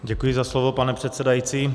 Děkuji za slovo, pane předsedající.